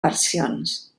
versions